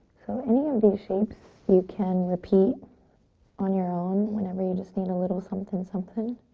so any of these shapes you can repeat on your own whenever you just need a little something something.